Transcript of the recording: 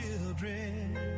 children